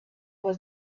was